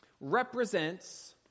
represents